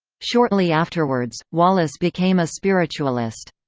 shortly afterwards, wallace became a spiritualist.